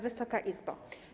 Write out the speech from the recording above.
Wysoka Izbo!